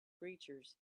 creatures